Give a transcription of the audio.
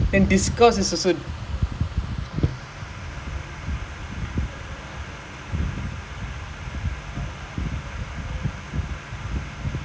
that means we legit like it's like legit doing some err research as in like you keep refering to the thing then you type then you look at your computer then you play back and back